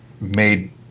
made